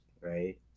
right